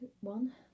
one